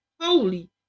holy